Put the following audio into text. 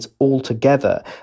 altogether